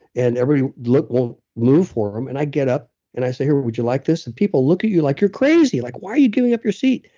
and every look won't move for him. and i get up and i say, here, would would you like this? and people look at you like you're crazy. like, why are you giving up your seat?